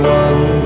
one